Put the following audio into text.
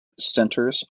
centres